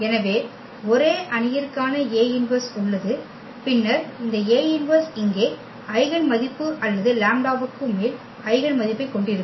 எனவே ஒரு அணியிற்கான A−1 உள்ளது பின்னர் இந்த A−1 இங்கே ஐகென் மதிப்பு அல்லது லாம்ப்டாவுக்கு மேல் ஐகென் மதிப்பைக் கொண்டிருக்கும்